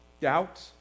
doubt